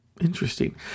interesting